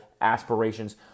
aspirations